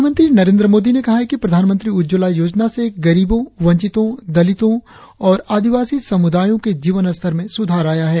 प्रधानमंत्री नरेंद्र मोदी ने कहा है कि प्रधानमंत्री उज्ज्वला योजना से गरीबों वंचितों दलितों और आदिवासी समुदायों के जीवन स्तर में सुधार आया है